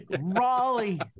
Raleigh